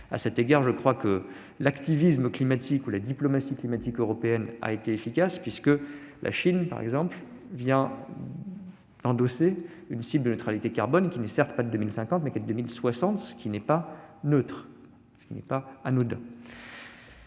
À cet égard, je crois que l'activisme climatique ou la diplomatie climatique européenne a été efficace, puisque la Chine, par exemple, vient d'endosser une cible en matière de neutralité carbone, qui n'est certes pas l'échéance de 2050, mais qui est 2060, ce qui n'est pas neutre ou anodin.